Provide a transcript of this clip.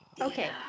Okay